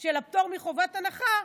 של פטור מחובת הנחה.